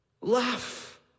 Laugh